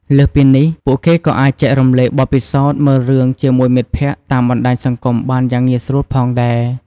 លើសពីនេះ ពួកគេក៏អាចចែករំលែកបទពិសោធន៍មើលរឿងជាមួយមិត្តភក្តិតាមបណ្ដាញសង្គមបានយ៉ាងងាយស្រួលផងដែរ។